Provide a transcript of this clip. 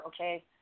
okay